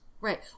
Right